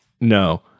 No